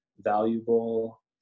valuable